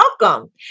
welcome